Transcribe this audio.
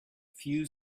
few